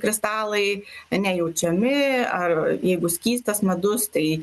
kristalai nejaučiami ar jeigu skystas medus tai